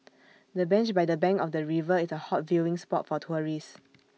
the bench by the bank of the river is A hot viewing spot for tourists